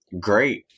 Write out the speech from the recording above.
great